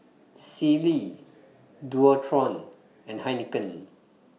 Sealy Dualtron and Heinekein